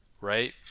Right